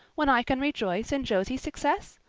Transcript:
when i can rejoice in josie's success?